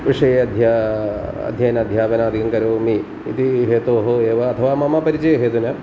विषये अध्ययनम् अध्ययनम् अध्यापनादिकं करोमि इति हेतोः एव अथवा मम परिचयहेतुना